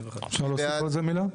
מי בעד --- אפשר להוסיף על זה מילה?